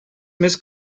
més